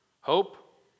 Hope